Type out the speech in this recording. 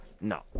No